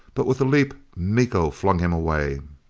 but, with a leap, miko flung him away.